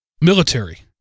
military